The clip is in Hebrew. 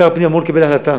משרד הפנים אמור לקבל החלטה